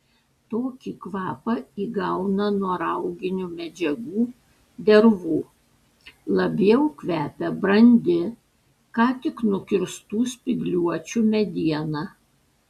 tokį kvapą įgauna nuo rauginių medžiagų dervų labiau kvepia brandi ką tik nukirstų spygliuočių mediena